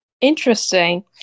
interesting